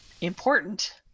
important